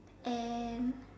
and